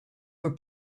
were